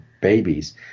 babies